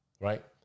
right